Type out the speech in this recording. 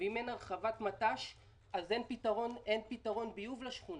ואם אין הרחבת מט"ש אז אין פתרון ביוב לשכונה.